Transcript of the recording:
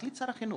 מחליט שר החינוך.